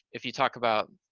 if you talk about,